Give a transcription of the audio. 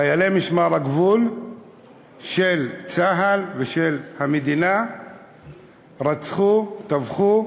חיילי משמר הגבול של צה"ל ושל המדינה רצחו, טבחו,